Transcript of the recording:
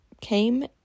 came